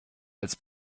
als